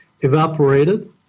evaporated